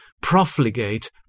profligate